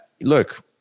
look